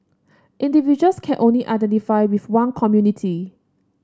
individuals can only identify with one community